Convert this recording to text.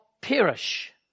perish